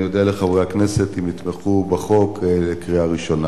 אני אודה לחברי הכנסת אם יתמכו בחוק בקריאה ראשונה.